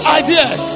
ideas